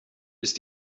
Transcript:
ist